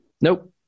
Nope